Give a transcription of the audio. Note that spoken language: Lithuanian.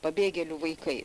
pabėgėlių vaikais